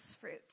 fruit